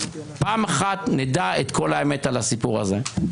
פעם אחת נדע את כל האמת על הסיפור הזה.